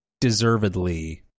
deservedly